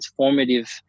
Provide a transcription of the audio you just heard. transformative